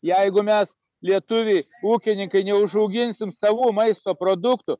jeigu mes lietuviai ūkininkai neužauginsim savų maisto produktų